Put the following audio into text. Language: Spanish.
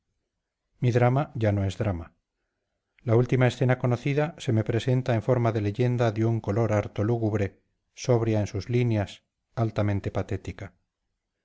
mi drama ya no es drama la última escena conocida se me presenta en forma de leyenda de un color harto lúgubre sobria en sus líneas altamente patética